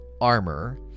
armor